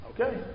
okay